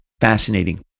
fascinating